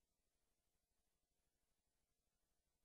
הסיוע קרוב לבית, כדי